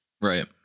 Right